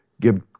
give